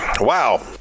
wow